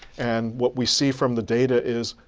and what we see from the data is,